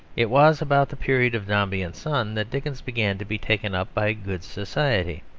it was about the period of dombey and son that dickens began to be taken up by good society.